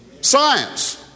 science